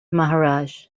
maharaj